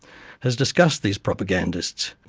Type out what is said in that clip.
has discussed these propagandists,